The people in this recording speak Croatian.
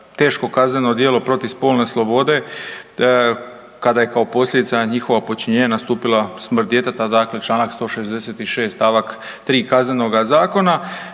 teško kazneno djelo protiv spolne slobode, kada je kao posljedica njihova počinjenja nastupila smrt djeteta, dakle čl. 166 st. 3 Kaznenoga zakona.